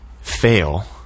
fail